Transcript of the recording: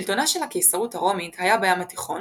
שלטונה של הקיסרות הרומית היה בים התיכון